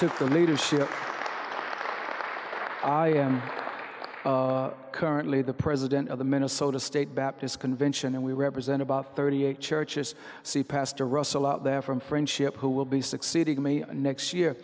o the leadership i am currently the president of the minnesota state baptist convention and we represent about thirty eight churches see pastor russell out there from friendship who will be succeeding next year